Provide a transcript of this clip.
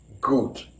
good